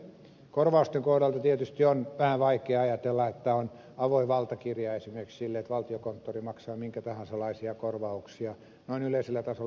korvausten kohdalta tietysti on vähän vaikea ajatella että on avoin valtakirja esimerkiksi sille että valtiokonttori maksaa minkälaisia tahansa korvauksia noin yleisellä tasolla